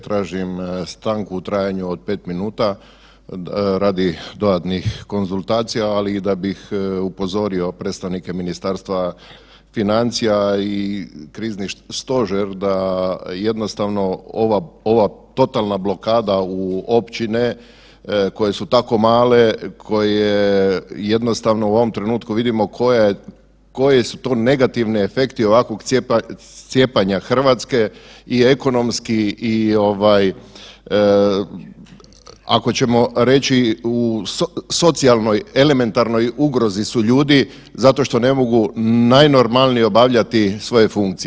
Tražim stanku u trajanju od pet minuta radi dodatnih konzultacija, ali da bih upozorio predstavnike Ministarstva financija i Krizni stožer da jednostavno ova totalna blokada u općine koje su tako male, koje jednostavno u ovom trenutku vidimo koji su to negativni efekti ovakvog cijepanja Hrvatske i ekonomski i ako ćemo reći u socijalnoj elementarnoj ugrozi su ljudi zato što ne mogu najnormalnije obavljati svoje funkcije.